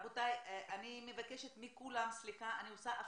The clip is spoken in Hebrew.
אני גם אשמח.